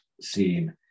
scene